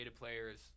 players